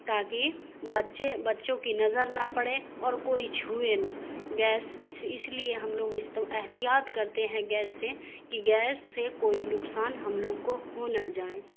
تاکہ بچے بچوں کی نظر نہ پڑے اور کوئی چھوئے نہ گیس اس لیے ہم لوگ احتیاط کرتے ہیں گیس سے کہ گیس سے کوئی نقصان ہم لوگ کو ہو نہ جائے